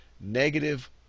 negative